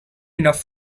enough